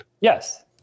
yes